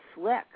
slick